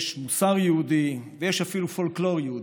יש מוסר יהודי, ויש אפילו פולקלור יהודי.